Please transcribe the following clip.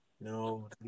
No